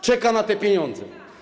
czeka na te pieniądze.